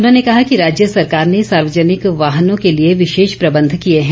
उन्होंने कहा कि राज्य सरकार ने सार्वजनिक वाहनों के लिए विशेष प्रबन्ध किए हैं